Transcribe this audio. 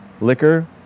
liquor